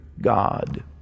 God